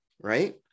right